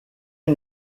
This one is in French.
une